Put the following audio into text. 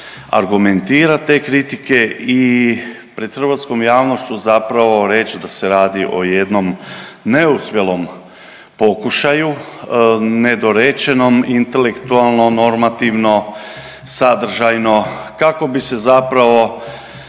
argumentirati te kritike i pred hrvatskom javnošću zapravo reći da se radi o jednom neuspjelom pokušaju, nedorečenom intelektualno normativno sadržajno kako bi se zapravo